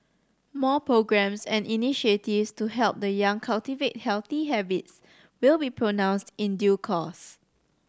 more programmes and initiatives to help the young cultivate healthy habits will be pronounced in due course